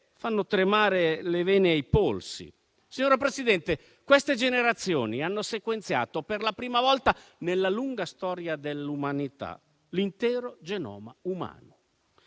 fanno tremare le vene ai polsi. Signora Presidente, queste generazioni hanno sequenziato, per la prima volta nella lunga storia dell'umanità, l'intero genoma umano.